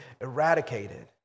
eradicated